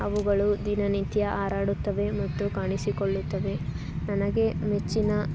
ಅವುಗಳು ದಿನನಿತ್ಯ ಹಾರಾಡುತ್ತವೆ ಮತ್ತು ಕಾಣಿಸಿಕೊಳ್ಳುತ್ತದೆ ನನಗೆ ನೆಚ್ಚಿನ